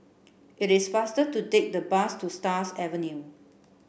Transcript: it is faster to take the bus to Stars Avenue